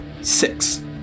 Six